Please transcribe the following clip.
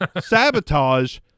Sabotage